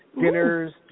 dinners